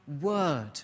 word